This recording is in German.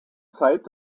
zeit